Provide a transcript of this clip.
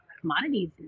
commodities